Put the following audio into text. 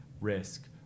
risk